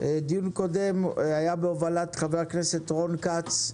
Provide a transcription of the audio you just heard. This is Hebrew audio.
דיון קודם היה בהובלת חבר כנסת רון כץ.